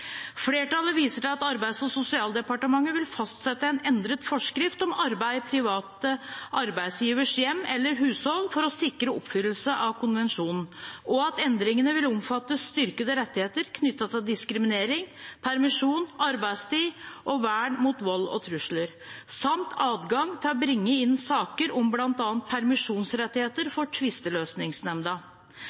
Flertallet viser til at Arbeids- og sosialdepartementet vil fastsette en endret forskrift om arbeid i private arbeidsgiveres hjem eller hushold for sikre oppfyllelse av konvensjonen, og at endringene vil omfatte styrkede rettigheter knyttet til diskriminering, permisjon, arbeidstid og vern mot vold og trusler, samt adgang til å bringe inn saker om bl.a. permisjonsrettigheter for